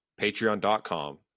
patreon.com